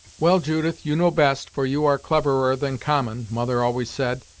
well, judith, you know best, for you are cleverer than common, mother always said,